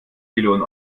millionen